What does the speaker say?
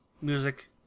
music